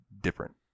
different